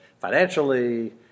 financially